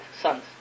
sons